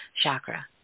chakra